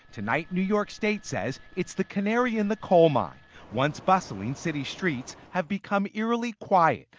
tonight, new york state says it's the canary in the coal mine once bustfuling city streets have become ererily quite,